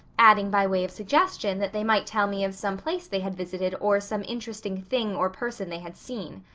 adding by way of suggestion that they might tell me of some place they had visited or some interesting thing or person they had seen.